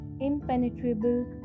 impenetrable